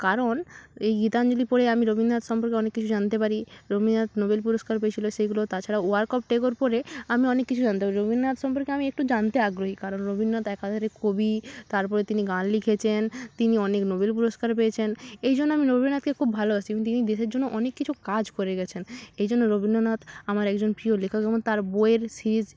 কারণ এই গীতাঞ্জলি পড়ে আমি রবীন্দ্রনাথ সম্পর্কে অনেক কিছু জানতে পারি রবীন্দ্রনাথ নোবেল পুরস্কার পেয়েছিলো সেগুলো তাছাড়া ওয়ার্ক অফ টেগোর পড়ে আমি অনেক কিছু জানতে পারি রবীন্দ্রনাথ সম্পর্কে আমি একটু জানতে আগ্রহী কারণ রবীন্দ্রনাথ একাধারে কবি তারপরে তিনি গান লিখেছেন তিনি অনেক নোবেল পুরস্কার পেয়েছেন এই জন্য আমি রবীন্দ্রনাথকে খুব ভালোবাসি তিনি দেশের জন্য অনেক কিছু কাজ করে গেছেন এই জন্য রবীন্দ্রনাথ আমার একজন প্রিয় লেখকের মধ্যে তাঁর বইয়ের সিরিজ